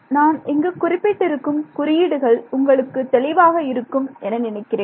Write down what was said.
நான் இங்கு குறிப்பிட்டிருக்கும் குறியீடுகள் உங்களுக்கு தெளிவாக இருக்கும் என நினைக்கிறேன்